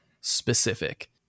specific